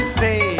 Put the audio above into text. say